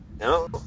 No